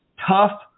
tough